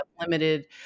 limited